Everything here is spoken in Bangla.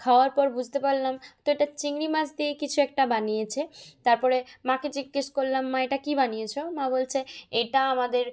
খাওয়ার পর বুঝতে পারলাম তো এটা চিংড়ি মাছ দিয়ে কিছু একটা বানিয়েছে তার পরে মাকে জিজ্ঞাসা করলাম মা এটা কী বানিয়েছ মা বলছে এটা আমাদের